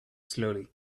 slowly